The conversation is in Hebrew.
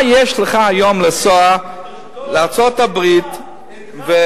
מה יש לך היום לנסוע לארצות-הברית ולהציע,